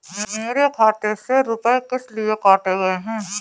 मेरे खाते से रुपय किस लिए काटे गए हैं?